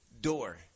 door